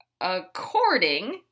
according